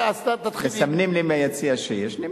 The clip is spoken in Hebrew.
מסמנים לי מהיציע שיש.